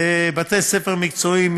בתי ספר מקצועיים,